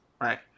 right